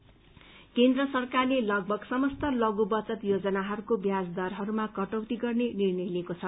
interest केन्द्र सरकारले लगभग समस्त लघु बचत योजनाहरूको ब्याज दरहरूमा कटौती गर्ने निर्णय लिएको छ